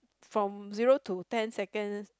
from zero to ten seconds